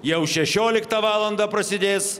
jau šešioliktą valandą prasidės